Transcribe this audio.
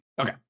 Okay